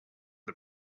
the